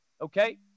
Okay